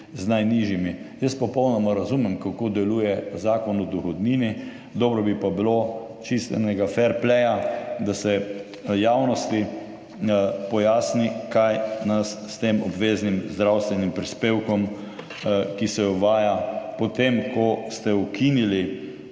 z najnižjimi. Jaz popolnoma razumem, kako deluje Zakon o dohodnini, dobro bi pa bilo, čisto iz enega ferpleja, da se javnosti pojasni, kaj nas s tem obveznim zdravstvenim prispevkom, ki se uvaja po tem, ko ste ukinili